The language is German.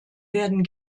werden